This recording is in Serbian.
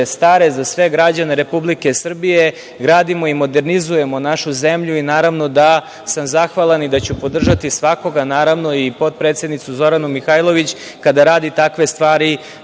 stare, za sve građane Republike Srbije, gradimo i modernizujemo našu zemlju i naravno da sam zahvalan i da ću podržati svakoga, naravno i potpredsednicu Zoranu Mihajlović, kada radi takve stvari